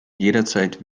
jederzeit